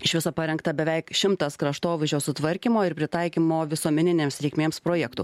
iš viso parengta beveik šimtas kraštovaizdžio sutvarkymo ir pritaikymo visuomeninėms reikmėms projektų